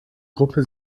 gruppe